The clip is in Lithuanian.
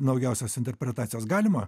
naujausias interpretacijas galima